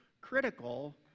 critical